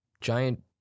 giant